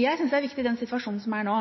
Jeg syns det er viktig i den situasjonen som er nå,